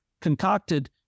concocted